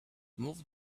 move